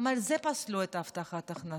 גם על זה פסלו את הבטחת ההכנסה,